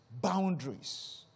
boundaries